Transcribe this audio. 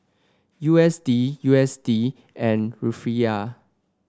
U S D U S D and Rufiyaa